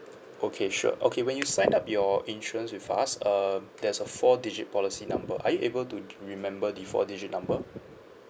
okay sure okay when you sign up your insurance with us um there's a four digit policy number are you able to remember the four digit number